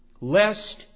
lest